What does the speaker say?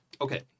Okay